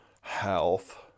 health